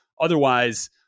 Otherwise